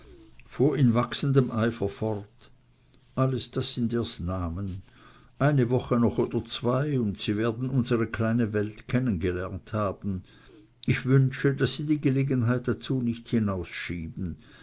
in wachsendem eifer fort alles das sind erst namen eine woche noch oder zwei und sie werden unsere kleine welt kennen gelernt haben ich wünsche daß sie die gelegenheit dazu nicht hinausschieben